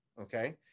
Okay